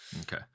Okay